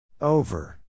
Over